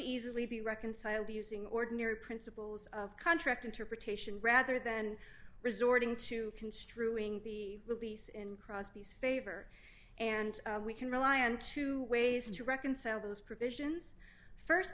easily be reconciled using ordinary principles of contract interpretation rather than resorting to construing the release in crosby's favor and we can rely on two ways to reconcile those provisions